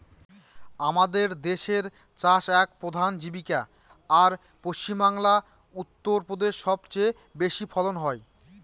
আমাদের দেশের চাষ এক প্রধান জীবিকা, আর পশ্চিমবাংলা, উত্তর প্রদেশে সব চেয়ে বেশি ফলন হয়